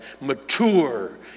mature